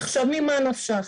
עכשיו ממה נפשך?